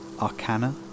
arcana